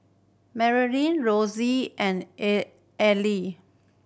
Maryanne Rosie and Erlene